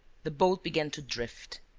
the boat began to drift.